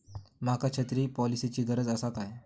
माका छत्री पॉलिसिची गरज आसा काय?